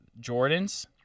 Jordans